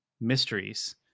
mysteries